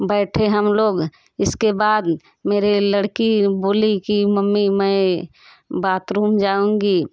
बैठे हम लोग इसके बाद मेरे लड़की बोली कि मम्मी मैं बातरूम जाऊँगी